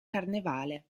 carnevale